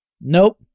Nope